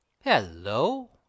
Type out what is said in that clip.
Hello